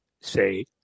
say